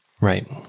Right